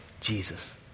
Jesus